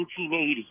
1980